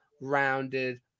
rounded